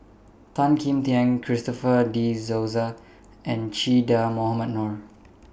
Tan Kim Tian Christopher De Souza and Che Dah Mohamed Noor